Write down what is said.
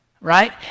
Right